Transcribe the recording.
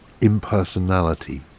impersonality